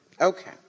Okay